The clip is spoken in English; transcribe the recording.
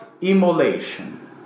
immolation